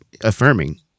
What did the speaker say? affirming